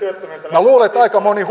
minä luulen että aika moni